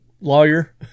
lawyer